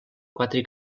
quatre